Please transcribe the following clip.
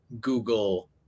google